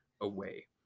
away